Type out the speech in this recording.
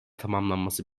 tamamlanması